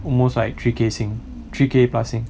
almost like three K sin three K plus sin